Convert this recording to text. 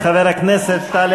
חבר הכנסת נסים זאב, נא לשבת.